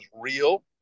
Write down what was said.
real